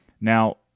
Now